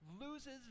loses